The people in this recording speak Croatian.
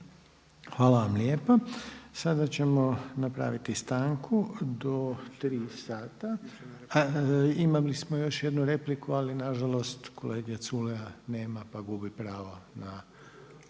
Hvala vam lijepa. Sada ćemo napraviti stanku do tri sata. Imali smo još jednu repliku, ali na žalost kolege Culeja nema pa gubi pravo na